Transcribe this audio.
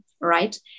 right